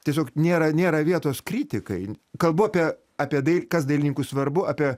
tiesiog nėra nėra vietos kritikai kalbu apie apie dai kas dailininkui svarbu apie